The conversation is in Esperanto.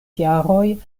jaroj